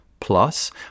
Plus